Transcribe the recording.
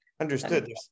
Understood